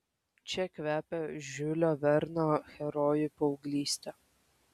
čia kvepia žiulio verno herojų paauglyste